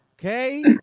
Okay